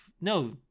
no